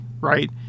right